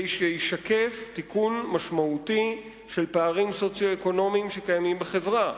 שישקף תיקון משמעותי של פערים סוציו-אקונומיים שקיימים בחברה.